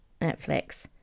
Netflix